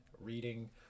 reading